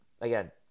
again